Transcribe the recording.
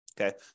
Okay